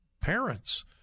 parents